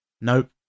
Nope